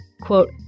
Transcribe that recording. Quote